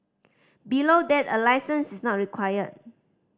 below that a licence is not required